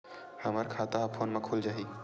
हमर खाता ह फोन मा खुल जाही?